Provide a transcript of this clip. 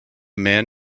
man